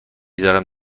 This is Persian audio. گذارم